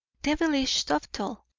devilish subtle,